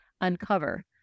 uncover